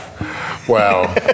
Wow